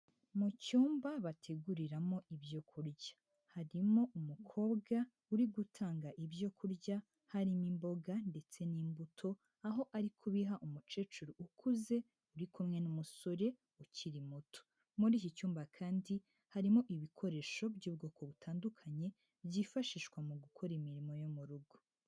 Mu cyumba bateguriramo ibyo kurya, harimo umukobwa uri gutanga ibyo kurya, harimo imboga ndetse n'imbuto, aho ari kubiha umukecuru ukuze, uri kumwe n'umusore ukiri muto, muri iki cyumba kandi harimo ibikoresho by'ubwoko butandukanye byifashishwa mu gukora imirimo yo mu rugo.